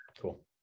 Cool